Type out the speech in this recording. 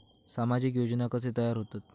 सामाजिक योजना कसे तयार होतत?